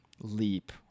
leap